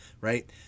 right